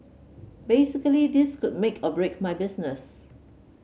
basically this could make or break my business